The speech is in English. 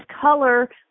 color